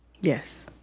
Yes